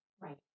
Right